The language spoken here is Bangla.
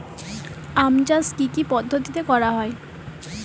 আম চাষ কি কি পদ্ধতিতে করা হয়?